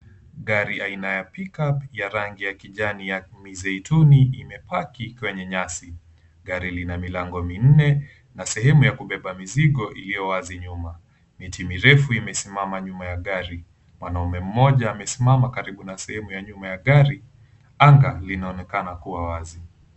Gari aina ya pickup ya rangi ya kijani ya mizaituni ime park kwenye nyasi. Gari lina milango minne na sehemu ya kubeba mizigo iliyowazi nyuma. Miti mirefu imesimama nyuma ya gari. Mwanaume mmoja amesimama karibu na sehemu ya nyuma ya gari. Anga linaonekana kuwa wazi.